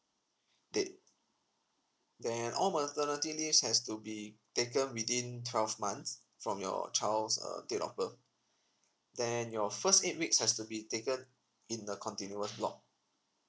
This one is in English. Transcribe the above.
date then all maternity leaves has to be taken within twelve months from your child's err date of birth then your first eight weeks has to be taken in a continuous block